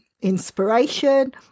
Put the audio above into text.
inspiration